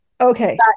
Okay